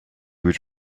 would